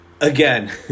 Again